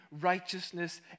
righteousness